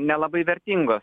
nelabai vertingos